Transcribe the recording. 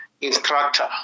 instructor